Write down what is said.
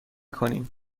کنیم